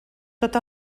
tot